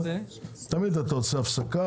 תמיד אתה עושה הפסקה,